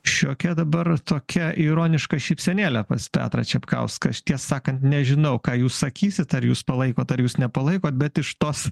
šiokia dabar tokia ironiška šypsenėle pas petrą čepkauską aš tiesą sakant nežinau ką jūs sakysit ar jūs palaikot ar jūs nepalaikot bet iš tos